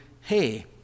hey